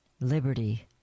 liberty